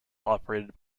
operated